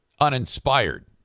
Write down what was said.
uninspired